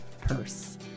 Purse